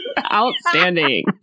Outstanding